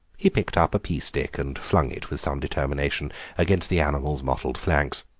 he picked up a pea stick and flung it with some determination against the animal's mottled flanks.